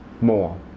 more